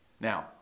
Now